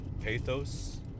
pathos